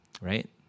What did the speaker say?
right